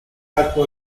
alto